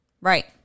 right